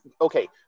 okay